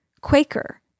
Quaker